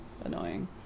Annoying